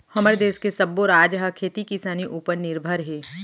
हमर देस के सब्बो राज ह खेती किसानी उपर निरभर हे